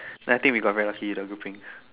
then I think we got very lucky with the groupings